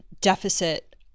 deficit